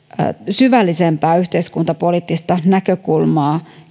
syvällisempää yhteiskuntapoliittista näkökulmaa